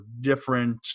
different